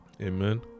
amen